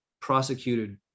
prosecuted